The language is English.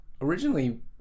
originally